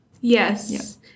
Yes